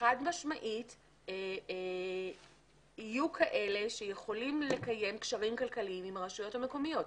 שחד משמעית יהיו כאלה שיכולים לקיים קשרים כלכליים עם הרשויות המקומיות,